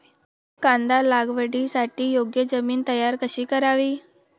कांदा लागवडीसाठी योग्य जमीन तयार कशी करावी?